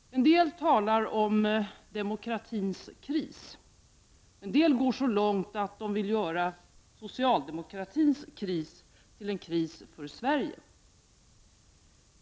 En del talar om demokratins kris. En del går så långt att de vill göra socialdemokratins kris till en kris för Sverige.